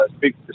big